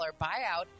buyout